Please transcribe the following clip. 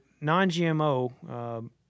non-GMO